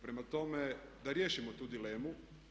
Prema tome, da riješimo tu dilemu.